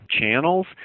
channels